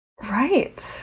Right